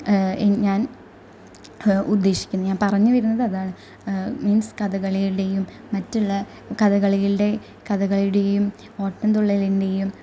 ഈ ഞാന് ഉദേശിക്കുന്നത് ഞാന് പറഞ്ഞു വരുന്നത് അതാണ് മീന്സ് കഥകളികളുടെയും മറ്റുള്ള കഥകളികളുടെ കഥകളിയുടെയും ഓട്ടന്തുള്ളലിന്റെയും